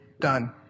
done